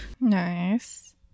Nice